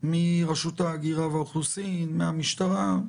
מרשות ההגירה והאוכלוסין, מהמשטרה.